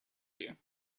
you